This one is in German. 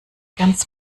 ganz